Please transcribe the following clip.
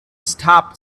stop